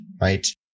right